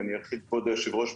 כבוד היושב ראש,